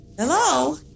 Hello